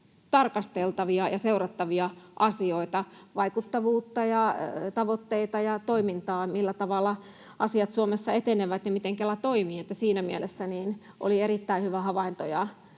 tarkasteltavia ja seurattavia asioita, vaikuttavuutta ja tavoitteita ja toimintaa, millä tavalla asiat Suomessa etenevät ja miten Kela toimii. Siinä mielessä oli erittäin hyviä havaintoja,